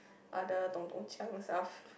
other 咚咚锵 stuff